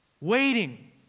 waiting